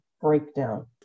breakdown